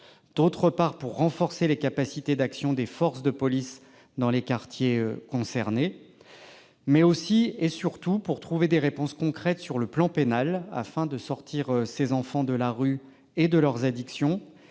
deuxièmement, pour renforcer les capacités d'action des forces de police dans les quartiers concernés ; troisièmement, pour trouver des réponses concrètes sur le plan pénal afin de sortir ces enfants de la rue et de leurs addictions,